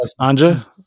Anja